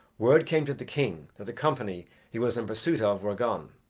word came to the king that the company he was in pursuit of were gone.